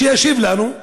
שישיב לנו.